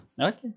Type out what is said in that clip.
Okay